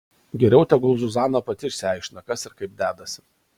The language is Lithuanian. geriau tegul zuzana pati išsiaiškina kas ir kaip dedasi